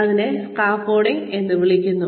ഇതിനെ സ്കാഫോൾഡിംഗ് എന്ന് വിളിക്കുന്നു